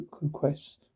request